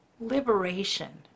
liberation